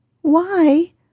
Why